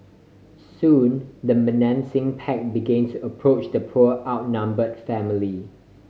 soon the menacing pack begin to approach the poor outnumber family